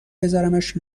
بذارمش